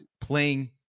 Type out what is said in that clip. playing